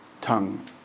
tongue